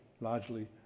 largely